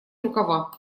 рукава